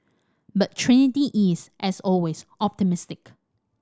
but Trinity is as always optimistic